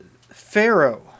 Pharaoh